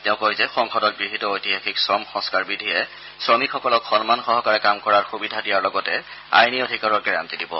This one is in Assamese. তেওঁ কয় যে সংসদত গৃহীত ঐতিহাসিক শ্ৰম সংস্কাৰ বিধিয়ে শ্ৰমিকসকলক সন্মান সহকাৰে কাম কৰাৰ সুবিধা দিয়াৰ লগতে আইনী অধিকাৰৰ গেৰাণ্টী দিব